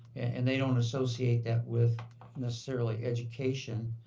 and they don't associate that with necessarily education.